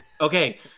Okay